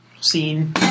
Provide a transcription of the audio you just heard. scene